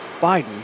Biden